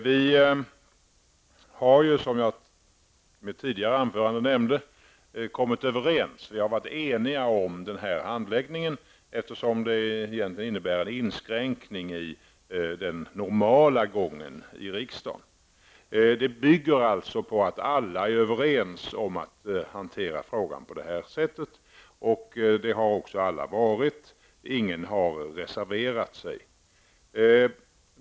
Utskottet har, som jag nämnde i mitt tidigare anförande, kommit överens om och varit eniga om denna handläggning, eftersom den egentligen innebär en inskränkning i den normala gången i riksdagen. Förfarandet bygger på att alla är överens om att hantera frågan på detta sätt, och det har också alla varit. Ingen har reserverat sig.